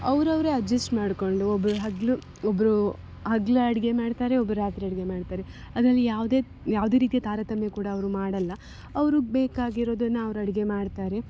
ಅವರವ್ರೇ adjust ಮಾಡಿಕೊಂಡು ಒಬ್ಬರು ಹಗಲು ಒಬ್ಬರು ಹಗ್ಲು ಅಡಿಗೆ ಮಾಡ್ತಾರೆ ಒಬ್ರು ರಾತ್ರಿ ಅಡಿಗೆ ಮಾಡ್ತಾರೆ ಅದರಲ್ಲಿ ಯಾವುದೇ ಯಾವುದೇ ರೀತಿಯ ತಾರತಮ್ಯ ಕೂಡ ಅವರು ಮಾಡಲ್ಲ ಅವ್ರ್ಗೆ ಬೇಕಾಗಿರೋದನ್ನು ಅವ್ರು ಅಡಿಗೆ ಮಾಡ್ತಾರೆ